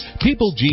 People